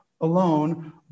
alone